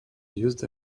used